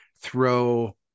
throw